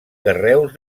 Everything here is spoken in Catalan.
carreus